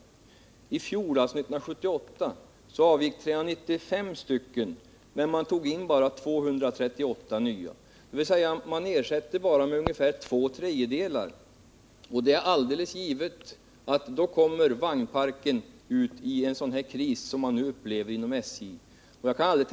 1978 avgick 395, men man tog in bara 238 nya, dvs. man ersätter de avgångna bara med ca två tredjedelar. Det är givet att man när det gäller vagnparken därmed kommer i en sådan kris man nu upplever inom SJ.